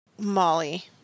Molly